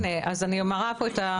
אני מראה פה את השיעור.